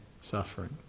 suffering